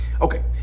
okay